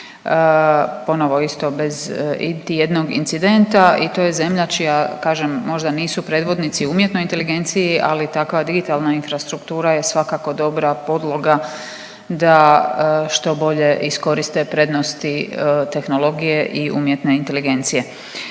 ponovo isto bez iti jednog incidenta i to je zemlja čija kažem možda nisu predvodnici u umjetnoj inteligenciji, ali takva digitalna infrastruktura je svakako dobra podloga da što bolje iskoriste prednosti tehnologije i umjetne inteligencije.